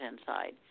inside